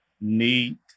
need